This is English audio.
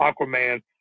Aquaman